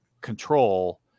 control